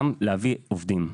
יודע גם להביא עובדים.